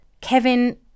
Kevin